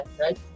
right